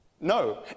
No